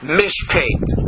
mishpate